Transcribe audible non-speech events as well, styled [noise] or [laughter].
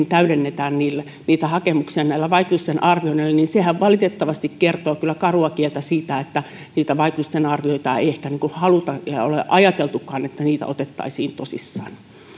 [unintelligible] täydennetään niitä hakemuksia näillä vaikutusten arvioinneilla niin sehän valitettavasti kertoo kyllä karua kieltä siitä että niitä vaikutusten arvioita ei ehkä haluta eikä ole ajateltukaan että niitä otettaisiin tosissaan